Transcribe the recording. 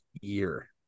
year